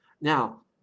Now